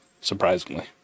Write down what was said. surprisingly